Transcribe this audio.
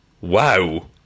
Wow